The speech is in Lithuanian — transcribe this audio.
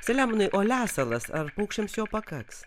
salemonai o lesalas ar paukščiams jo pakaks